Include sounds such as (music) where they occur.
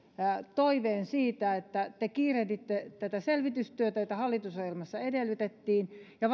toiveen siitä että te kiirehditte tätä selvitystyötä jota hallitusohjelmassa edellytettiin ja (unintelligible)